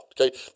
okay